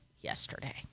yesterday